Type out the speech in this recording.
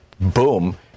Boom